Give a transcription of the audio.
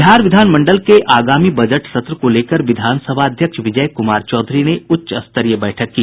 बिहार विधान मंडल के आगामी बजट सत्र को लेकर विधान सभा अध्यक्ष विजय कुमार चौधरी ने उच्चस्तरीय बैठक की